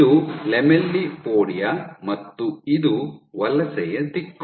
ಇದು ಲ್ಯಾಮೆಲ್ಲಿಪೋಡಿಯಾ ಮತ್ತು ಇದು ವಲಸೆಯ ದಿಕ್ಕು